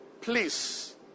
Please